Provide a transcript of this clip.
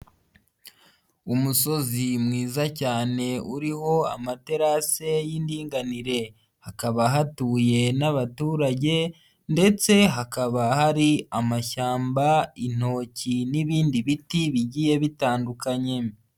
Umusozi mwiza cyane uriho amaterase y'indinganire hakaba hatuye n'abaturage ndetse hakaba hari amashyamba, intoki n'ibindi biti bigiye bitandukanye.